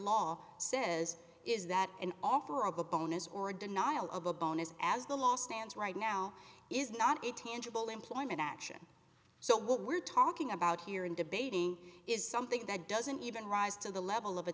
law says is that an offer of a bonus or a denial of a bonus as the law stands right now is not a tangible employment action so what we're talking about here in debating is something that doesn't even rise to the level of a